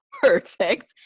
perfect